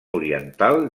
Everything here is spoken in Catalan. oriental